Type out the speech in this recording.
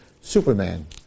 Superman